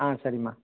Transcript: ஆ சரிம்மா